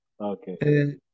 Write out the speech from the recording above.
Okay